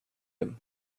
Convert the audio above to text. him